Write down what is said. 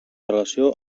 relació